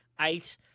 eight